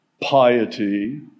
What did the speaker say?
piety